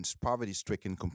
poverty-stricken